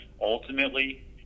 ultimately